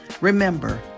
Remember